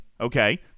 okay